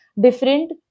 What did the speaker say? different